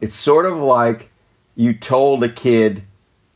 it's sort of like you told a kid